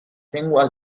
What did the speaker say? lenguas